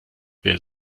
wer